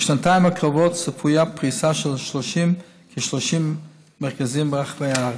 בשנתיים הקרובות צפויה פריסה של כ-30 מרכזים ברחבי הארץ.